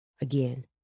again